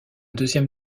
deuxième